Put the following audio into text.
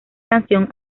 canción